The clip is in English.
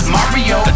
Mario